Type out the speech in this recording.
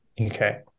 Okay